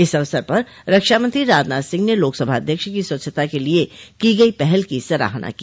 इस अवसर पर रक्षा मंत्री राजनाथ सिंह ने लोकसभा अध्यक्ष की स्वच्छता के लिए की गई पहल की सराहना की